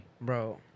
Bro